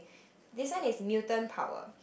this one is mutant power